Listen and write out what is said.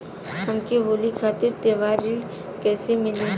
हमके होली खातिर त्योहारी ऋण कइसे मीली?